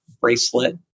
bracelet